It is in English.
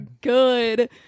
Good